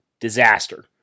disaster